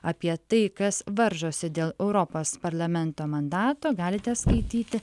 apie tai kas varžosi dėl europos parlamento mandato galite skaityti